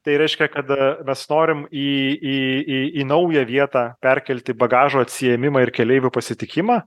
tai reiškia kad mes norim į į į į naują vietą perkelti bagažo atsiėmimą ir keleivių pasitikimą